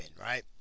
right